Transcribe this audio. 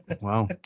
wow